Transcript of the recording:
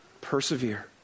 Persevere